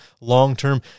long-term